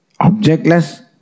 objectless